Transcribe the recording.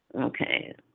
Okay